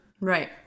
Right